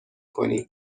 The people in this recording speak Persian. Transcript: کنیم